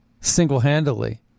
single-handedly